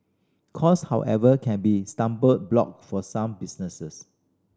cost however can be stumbling block for some businesses